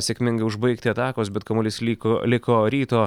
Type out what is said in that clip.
sėkmingai užbaigti atakos bet kamuolys liko liko ryto